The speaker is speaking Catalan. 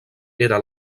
era